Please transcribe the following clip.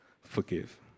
forgive